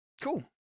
cool